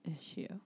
issue